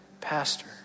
pastor